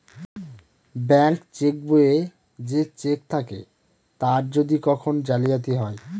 bank cheque বইয়ে যে cheque থাকে তার যদি কখন জালিয়াতি হয়